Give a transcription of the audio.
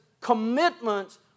commitments